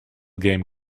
game